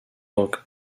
book